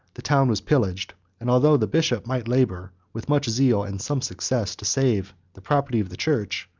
the town was pillaged and although the bishop might labor, with much zeal and some success, to save the property of the church,